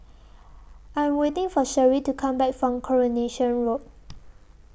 I Am waiting For Sherree to Come Back from Coronation Road